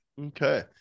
Okay